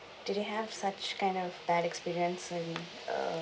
did you have such kind of bad experience in err